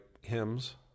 hymns